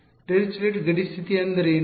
Dirichlet ಗಡಿ ಸ್ಥಿತಿ ಎಂದರೇನು